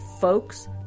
Folks